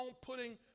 putting